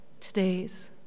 todays